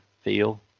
feel